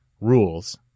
Rules